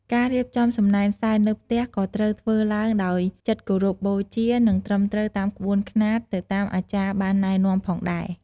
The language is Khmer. ការរៀបចំសំណែនសែននៅផ្ទះក៏ត្រូវធ្វើឡើងដោយចិត្តគោរពបូជា និងត្រឹមត្រូវតាមក្បួនខ្នាតទៅតាមអាចារ្យបានណែនាំផងដែរ។